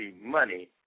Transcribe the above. money